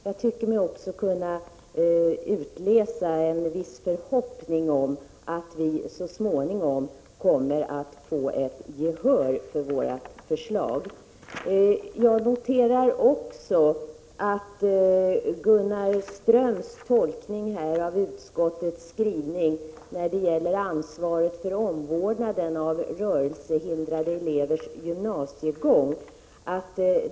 Jag tyckte mig också kunna utläsa att vi kan hysa en viss förhoppning om att vi så småningom kommer att få gehör för vårt förslag. Vidare noterar jag Gunnar Ströms tolkning av utskottets skrivning när det gäller ansvaret för omvårdnaden av rörelsehindrade elever och deras gymnasieskolgång.